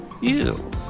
Ew